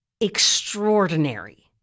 extraordinary